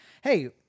hey